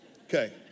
Okay